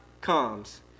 comes